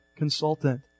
consultant